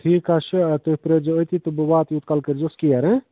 ٹھیٖک حظ چھُ اَدٕ تُہۍ پیٲرۍ زیٚو أتی تہٕ بہٕ واتہٕ یوٗت کال کٔرۍ زیوس کیر ہاں